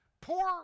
poor